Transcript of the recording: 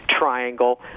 triangle